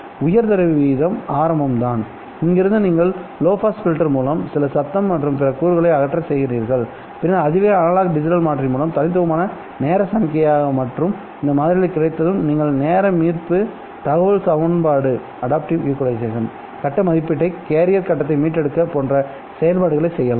உயர் தரவு வீத அமைப்பு ஆரம்பம் தான் இங்கிருந்து நீங்கள் லோ பாஸ் பில்டர் மூலம் சில சத்தம் மற்றும் பிற கூறுகளை அகற்ற செய்கிறீர்கள்பின்னர் அதிவேக அனலாக் டிஜிட்டல் மாற்றி மூலம் தனித்துவமான நேர சமிக்ஞையாக மாற்றும்இந்த மாதிரிகள் கிடைத்ததும் நீங்கள் நேர மீட்பு தகவமைப்பு சமன்பாடுகட்ட மதிப்பீட்டைச் கேரியர் கட்டத்தை மீட்டெடுக்க போன்ற செயல்பாடுகளைச் செய்யலாம்